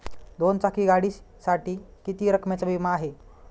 दोन चाकी गाडीसाठी किती रकमेचा विमा आहे?